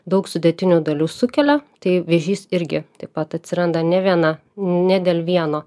daug sudėtinių dalių sukelia tai vėžys irgi taip pat atsiranda ne viena ne dėl vieno